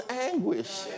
anguish